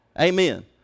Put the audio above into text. Amen